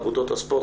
אגודות הספורט,